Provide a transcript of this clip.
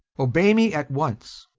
obey me at once.